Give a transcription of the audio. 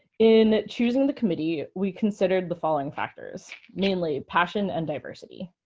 in choosing the committee, we considered the following factors, namely passion and diversity.